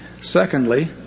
Secondly